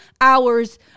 hours